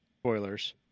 spoilers